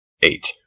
Eight